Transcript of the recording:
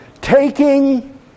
Taking